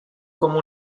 como